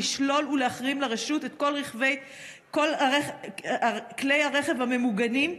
לשלול ולהחרים לרשות את כל כלי הרכב הממוגנים,